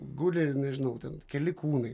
guli nežinau ten keli kūnai